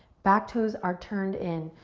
back toes are turned in,